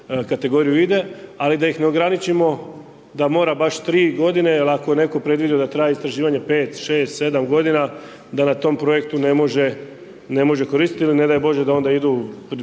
kategoriju ide, ali da ih ne ograničimo da mora baš 3 godine jer ako netko predviđa da traje istraživanje 5, 6, 7 godina, da na tom projektu ne može koristiti ili ne daj bože da onda idu prilagođavat